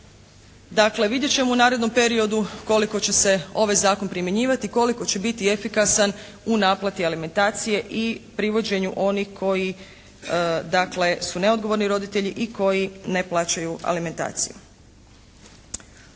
Dakle, vidjet ćemo u narednom periodu koliko će se ovaj zakon primjenjivati, koliko će biti efikasan u naplati alimentacije i privođenju onih koji dakle su neodgovorni roditelji i onih koji ne plaćaju alimentaciju.